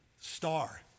star